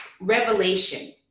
revelation